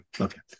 Okay